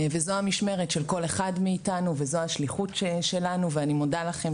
וזאת המשמרת של כל אחד מאתנו וזו השליחות שלנו ואני מודה לכם